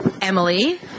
emily